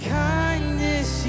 kindness